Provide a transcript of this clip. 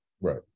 right